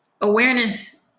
Awareness